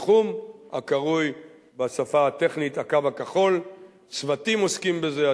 התחום הקרוי בשפה הטכנית "הקו הכחול"; צוותים עוסקים בזה,